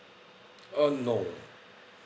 uh no